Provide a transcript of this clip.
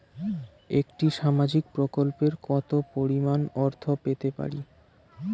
একটি সামাজিক প্রকল্পে কতো পরিমাণ অর্থ পেতে পারি?